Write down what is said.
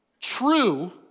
true